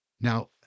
Now